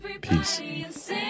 Peace